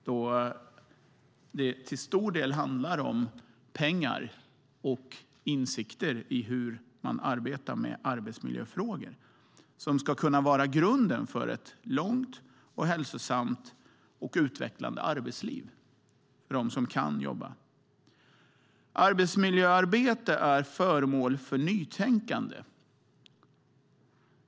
Den handlar till stor del om pengar och insikter om hur man arbetar med arbetsmiljöfrågor. De ska vara grunden för ett långt, hälsosamt och utvecklande arbetsliv för dem som kan jobba. Arbetsmiljöarbete är föremål för nytänkande.